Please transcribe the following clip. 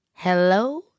Hello